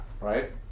right